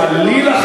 חלילה,